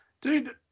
Dude